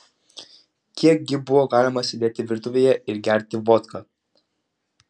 kiek gi buvo galima sėdėti virtuvėje ir gerti vodką